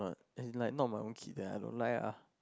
as in like not my own kid then I don't like ah